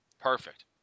perfect